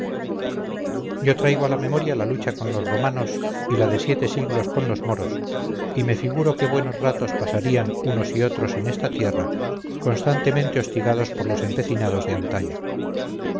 yo traigo a la memoria la lucha con los romanos y la de siete siglos con los moros y me figuro qué buenos ratos pasarían unos y otros en esta tierra constantemente hostigados por los empecinados de antaño